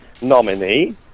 nominee